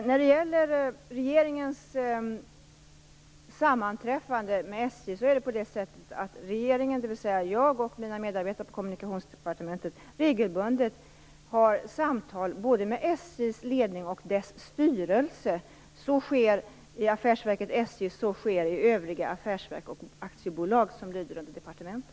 När det gäller regeringens sammanträffande med SJ är det så att regeringen, dvs. jag och mina medarbetare på Kommunikationsdepartementet, regelbundet har samtal med både SJ:s ledning och dess styrelse. Så sker i affärsverket SJ, och så sker i övriga affärsverk och aktiebolag som lyder under departementet.